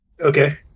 Okay